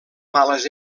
males